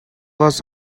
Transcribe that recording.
was